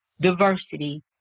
diversity